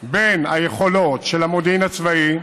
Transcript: בין היכולות של המודיעין הצבאי,